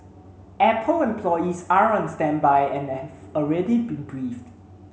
apple employees are on standby and have already been briefed